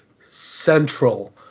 central